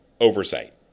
oversight